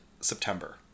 September